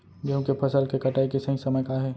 गेहूँ के फसल के कटाई के सही समय का हे?